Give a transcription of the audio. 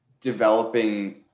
developing